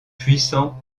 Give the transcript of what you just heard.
puissant